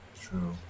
True